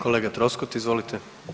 Kolega Troskot izvolite.